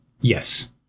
Yes